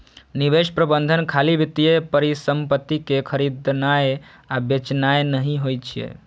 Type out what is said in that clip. निवेश प्रबंधन खाली वित्तीय परिसंपत्ति कें खरीदनाय आ बेचनाय नहि होइ छै